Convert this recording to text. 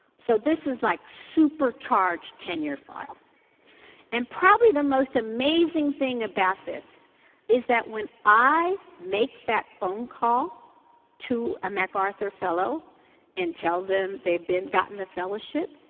so this is like super charged tenure file and probably the most amazing thing about this is that when i make that phone call to a macarthur fellow and tell them they've gotten the fellowship.